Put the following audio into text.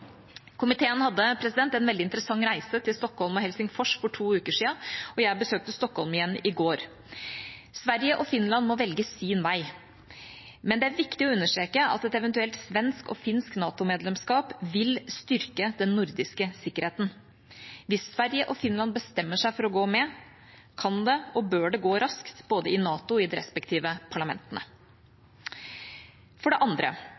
Komiteen hadde en veldig interessant reise til Stockholm og Helsingfors for to uker siden, og jeg besøkte Stockholm igjen i går. Sverige og Finland må velge sin vei, men det er viktig å understreke at et eventuelt svensk og finsk NATO-medlemskap vil styrke den nordiske sikkerheten. Hvis Sverige og Finland bestemmer seg for å gå med, kan det og bør det gå raskt, både i NATO i de respektive parlamentene. For det andre: